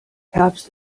herbst